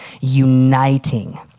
uniting